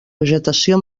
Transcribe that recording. vegetació